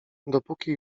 dopóki